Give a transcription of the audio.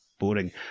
boring